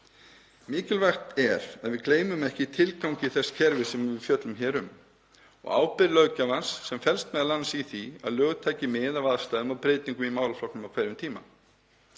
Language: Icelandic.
Mikilvægt er að við gleymum ekki tilgangi þess kerfis sem við fjöllum hér um og ábyrgð löggjafans, sem felst m.a. í því að lög taki mið af aðstæðum og breytingum í málaflokknum á hverjum tíma.